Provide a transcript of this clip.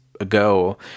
ago